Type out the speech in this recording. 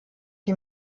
die